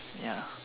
ya